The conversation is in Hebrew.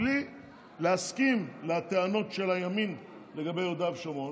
בלי להסכים לטענות של הימין לגבי יהודה ושומרון,